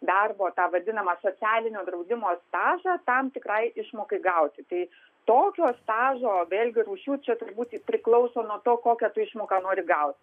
darbo tą vadinamą socialinio draudimo stažą tam tikrai išmokai gauti tai tokio stažo vėlgi rūšių čia turbūt priklauso nuo to kokią tu išmoką nori gaut